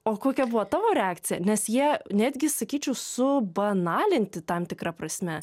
o kokia buvo tavo reakcija nes jie netgi sakyčiau subanalinti tam tikra prasme